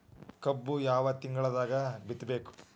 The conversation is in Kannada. ಕಬ್ಬು ಯಾವ ತಿಂಗಳದಾಗ ಬಿತ್ತಬೇಕು?